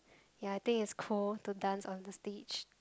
ya I think is cool to dance on the stage